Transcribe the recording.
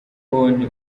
konti